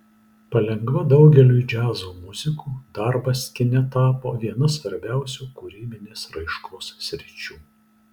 palengva daugeliui džiazo muzikų darbas kine tapo viena svarbiausių kūrybinės raiškos sričių